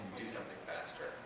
do something faster.